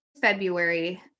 February